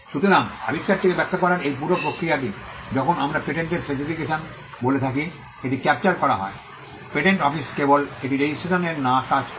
সুতরাং আবিষ্কারটিকে ব্যাখ্যা করার এই পুরো প্রক্রিয়াটি যখন আমরা পেটেন্টের স্পেসিফিকেশন বলে থাকি এটি ক্যাপচার করা হয় পেটেন্ট অফিস কেবল এটি রেজিস্ট্রেশন এর না করে কাজ করে